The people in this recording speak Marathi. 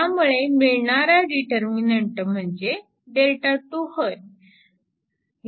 यामुळे मिळणारा डीटरर्मिनंट म्हणजेच Δ 2 होय